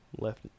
left